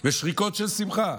ושריקות של שמחה.